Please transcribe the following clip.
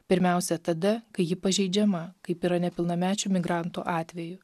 pirmiausia tada kai ji pažeidžiama kaip yra nepilnamečių migrantų atveju